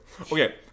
Okay